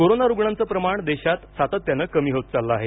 corona रुग्णांचं प्रमाण देशात सातत्यानं कमी होत चाललं आहे